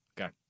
Okay